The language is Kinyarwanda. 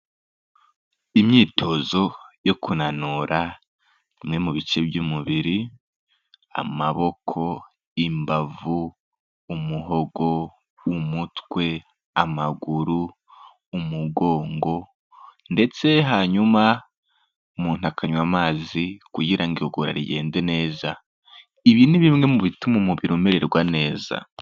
Imyitozo yo kunanura bimwe mu bice by'umubiri, amaboko, imbavu, umuhogo, umutwe, amaguru, umugongo, ndetse hanyuma umuntu akanywa amazi, kugira ngo igogora rigende neza. Ibi ni bimwe mu bituma umubiri umererwa neza.